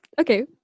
okay